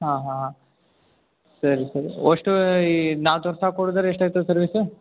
ಆಂ ಹಾಂ ಸರಿ ಸರಿ ಅಷ್ಟೂ ಈಗ ನಾವು ತರ್ಸಿ ಹಾಕಿ ಕೊಡುದಾದ್ರೆ ಎಷ್ಟು ಆಗ್ತದ್ ಸರ್ವೀಸು